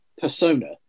persona